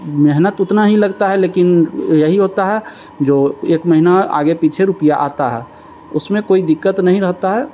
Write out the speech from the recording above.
मेहनत उतना ही लगता है लेकिन यही होता है जो एक महीना आगे पीछे रुपया आता है उसमें कोई दिक्कत नहीं रहता है